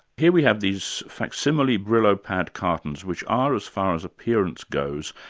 here we have these facsimile brillo pad cartons, which are, as far as appearance goes,